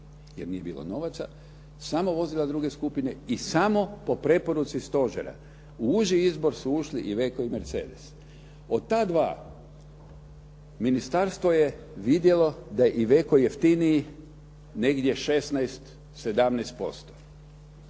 jer nije bilo novaca, samo vozila druge skupine i samo po preporuci stožera. U uži izbor su ušli Iveco i Mercedes. Od ta dva, ministarstvo je vidjelo da je Iveco jeftiniji negdje 16, 17%.